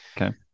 Okay